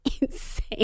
Insane